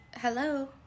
Hello